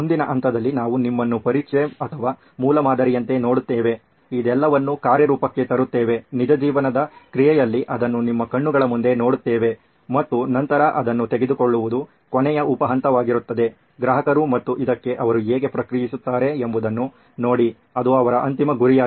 ಮುಂದಿನ ಹಂತದಲ್ಲಿ ನಾವು ನಿಮ್ಮನ್ನು ಪರೀಕ್ಷೆ ಅಥವಾ ಮೂಲಮಾದರಿಯಂತೆ ನೋಡುತ್ತೇವೆ ಇದೆಲ್ಲವನ್ನೂ ಕಾರ್ಯರೂಪಕ್ಕೆ ತರುತ್ತೇವೆ ನಿಜ ಜೀವನದ ಕ್ರಿಯೆಯಲ್ಲಿ ಅದನ್ನು ನಿಮ್ಮ ಕಣ್ಣುಗಳ ಮುಂದೆ ನೋಡುತ್ತೇವೆ ಮತ್ತು ನಂತರ ಅದನ್ನು ತೆಗೆದುಕೊಳ್ಳುವುದು ಕೊನೆಯ ಉಪ ಹಂತವಾಗಿರುತ್ತದೆ ಗ್ರಾಹಕರು ಮತ್ತು ಇದಕ್ಕೆ ಅವರು ಹೇಗೆ ಪ್ರಕ್ರಿಯಿಸುತ್ತಾರೆ ಎಂಬುದನ್ನು ನೋಡಿ ಅದು ಅವರ ಅಂತಿಮ ಗುರಿಯಾಗಿದೆ